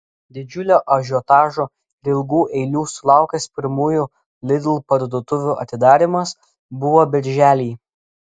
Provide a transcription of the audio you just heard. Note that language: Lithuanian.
didžiulio ažiotažo ir ilgų eilių sulaukęs pirmųjų lidl parduotuvių atidarymas buvo birželį